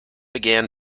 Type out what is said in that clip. began